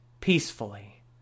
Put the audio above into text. peacefully